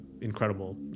incredible